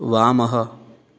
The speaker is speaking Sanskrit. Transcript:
वामः